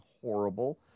horrible